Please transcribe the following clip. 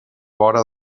vora